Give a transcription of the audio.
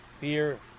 Fear